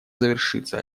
завершится